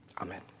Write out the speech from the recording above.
Amen